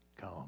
come